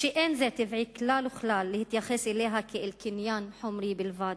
ואין זה טבעי כלל וכלל להתייחס אליה כאל קניין חומרי בלבד,